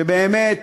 שבאמת